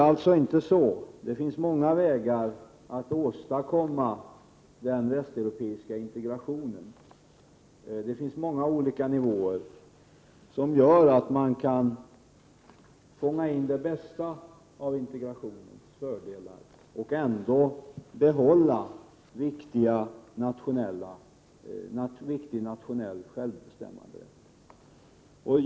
Det är inte så. Det finns många vägar för att åstadkomma den västeuropeiska integrationen, och man kan på många olika nivåer fånga in det bästa av integrationens fördelar med bibehållande av viktigt nationellt självbestämmande.